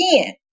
again